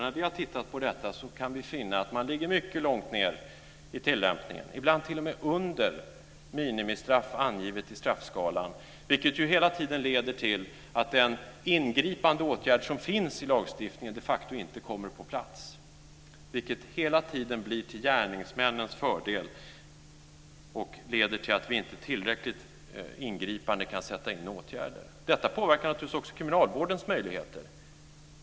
När vi har tittat på detta kan vi finna att man ligger mycket långt ner i fråga om tillämpningen och ibland t.o.m. under minimistraff som anges i straffskalan, vilket ju hela tiden leder till att den ingripande åtgärd som finns i lagstiftningen de facto inte kommer på plats, vilket hela tiden blir till gärningsmännens fördel och leder till att vi inte tillräckligt ingripande kan sätta in åtgärder. Detta påverkar naturligtvis också kriminalvårdens möjligheter.